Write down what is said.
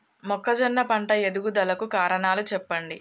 మొక్కజొన్న పంట ఎదుగుదల కు కారణాలు చెప్పండి?